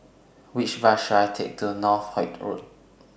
Which Bus should I Take to Northolt Road